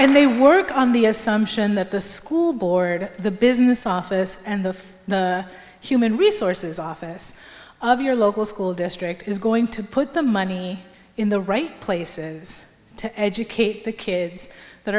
and they work on the assumption that the school board the business office and the human resources office of your local school district is going to put the money in the right places to educate the kids that